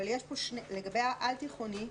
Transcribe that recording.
אבל לגבי העל-תיכוני,